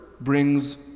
brings